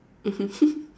mmhmm